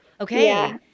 Okay